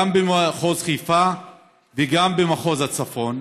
גם במחוז חיפה וגם במחוז הצפון,